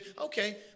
Okay